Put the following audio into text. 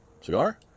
Cigar